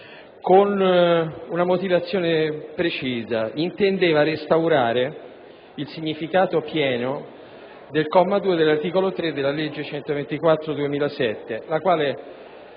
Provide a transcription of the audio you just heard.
con una motivazione precisa: intendeva restaurare il significato pieno del comma 2 dell'articolo 3 della legge 3 agosto 2007, n.